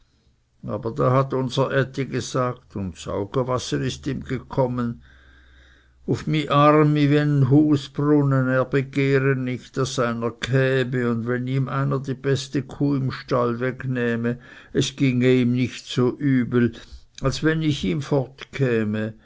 aber da hat unser ätti gesagt und ds augewasser ist ihm gekommen uf my armi wien e husbrunne er begehre nicht daß einer käme und wenn ihm einer die beste kuh im stall wegnähmte es ginge ihm nicht so übel als wenn ich ihm